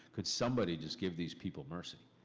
could somebody just give these people mercy?